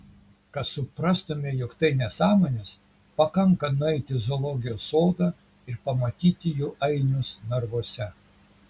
kad suprastumei jog tai nesąmonės pakanka nueiti į zoologijos sodą ir pamatyti jų ainius narvuose